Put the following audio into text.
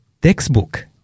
textbook